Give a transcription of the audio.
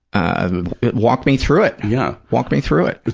ah walk me through it. yeah walk me through it.